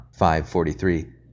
5.43